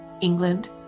England